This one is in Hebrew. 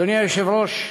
אדוני היושב-ראש,